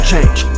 change